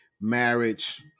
marriage